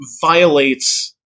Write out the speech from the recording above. violates